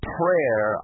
prayer